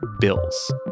bills